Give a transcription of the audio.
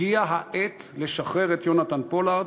הגיעה העת לשחרר את יונתן פולארד.